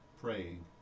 praying